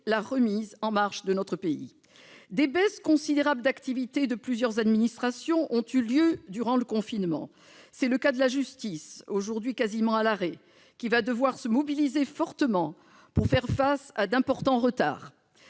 la remise en marche de notre pays. Des baisses considérables d'activité de plusieurs administrations ont eu lieu durant le confinement. C'est le cas de la justice, aujourd'hui quasiment à l'arrêt, qui va devoir se mobiliser fortement pour faire face à d'importants retards.